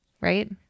Right